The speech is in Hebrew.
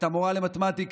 את המורה למתמטיקה,